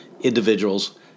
individuals